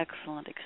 excellent